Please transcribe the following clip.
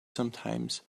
sometimes